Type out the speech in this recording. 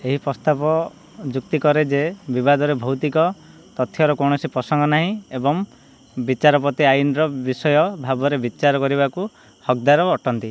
ଏହି ପ୍ରସ୍ତାବ ଯୁକ୍ତି କରେ ଯେ ବିବାଦରେ ଭୌତିକ ତଥ୍ୟର କୌଣସି ପ୍ରସଙ୍ଗ ନାହିଁ ଏବଂ ବିଚାରପତି ଆଇନର ବିଷୟ ଭାବରେ ବିଚାର କରିବାକୁ ହକଦାର ଅଟନ୍ତି